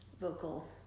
vocal